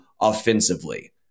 offensively